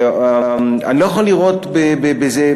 ואני לא יכול לראות בזה,